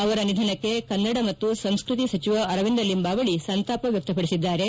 ಅವರ ನಿಧನಕ್ಷೆ ಕನ್ನಡ ಮತ್ತು ಸಂಸ್ಕತಿ ಸಚಿವ ಅರವಿಂದ ಲಿಂಬಾವಳಿ ಸಂತಾಪ ವ್ಯಕ್ಷಪಡಿಸಿದ್ದಾರೆ